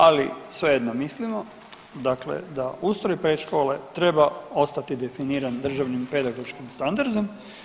Ali svejedno mislimo, dakle da ustroj predškole treba ostati definiran državnim pedagoškim standardom.